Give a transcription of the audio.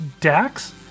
dax